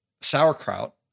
sauerkraut